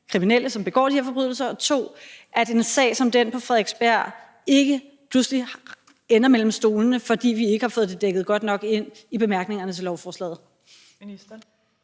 kriminelle, som begår de her forbrydelser, og punkt 2, at en sag som den på Frederiksberg ikke pludselig ender mellem stolene, fordi vi ikke har fået den dækket godt nok ind i bemærkningerne til lovforslaget?